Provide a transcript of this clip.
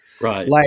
Right